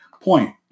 point